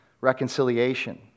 reconciliation